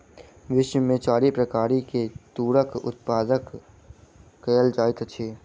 विश्व में चारि प्रकार के तूरक उत्पादन कयल जाइत अछि